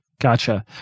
Gotcha